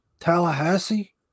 Tallahassee